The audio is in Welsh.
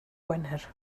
gwener